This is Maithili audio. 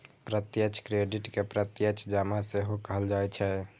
प्रत्यक्ष क्रेडिट कें प्रत्यक्ष जमा सेहो कहल जाइ छै